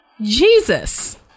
Jesus